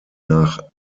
nach